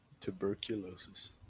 tuberculosis